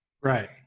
Right